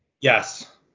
Yes